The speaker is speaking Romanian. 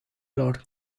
lor